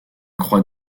croix